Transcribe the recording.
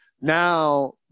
now